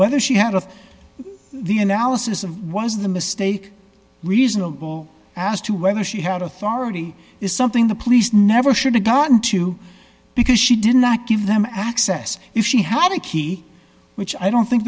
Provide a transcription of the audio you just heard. whether she had of the analysis of was the mistake reasonable as to whether she had authority is something the police never should have gotten to because she did not give them access if she had a key which i don't think